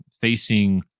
facing